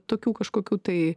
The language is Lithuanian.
tokių kažkokių tai